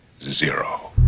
zero